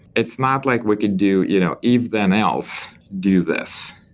it's not like we could do you know if then else, do this.